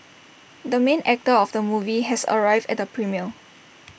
the main actor of the movie has arrived at the premiere